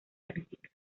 crítica